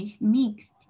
mixed